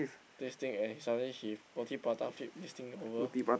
this thing and he suddenly he roti prata flip this thing over